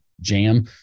jam